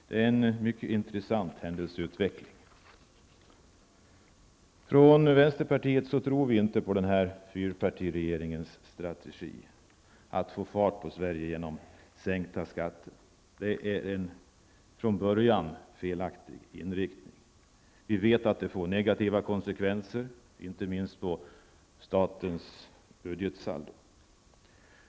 Det här är en mycket intressant händelseutveckling. Från vänsterpartiet tror vi inte på fyrpartiregeringens strategi att få fart på Sverige genom sänkta skatter. Det är en från början felaktig inriktning. Vi vet att det kommer att få negativa konsekvenser, inte minst på statens budgetsaldo.